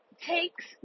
takes